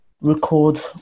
record